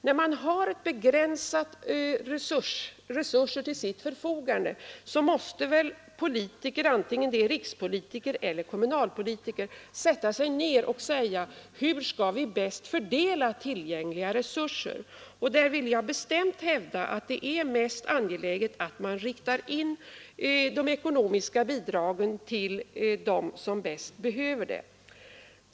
När man har begränsade resurser till sitt förfogande, måste väl politiker, både rikspolitiker och kommunalpolitiker, fråga sig: Hur skall vi bäst fördela tillgängliga resurser? Jag vill bestämt hävda att det är mest angeläget att rikta in de ekonomiska bidragen på sådana som bäst behöver dem.